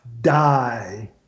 die